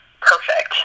perfect